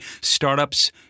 Startups